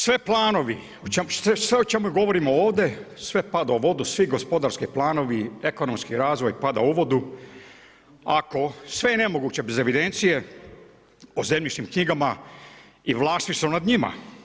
Svi planovi, sve o čemu govorimo ovdje, sve pada u vodu, svi gospodarski planovi, ekonomski razvoj pada u vodu ako sve je nemoguće bez evidencije o zemljišnim knjigama i vlasništvu nad njima.